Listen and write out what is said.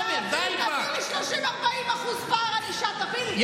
תביא לי 30% 40% פער ענישה, תביא לי, תביא.